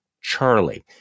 Charlie